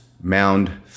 Mound